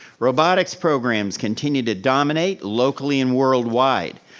robotics programs continue to dominate locally and world-wide.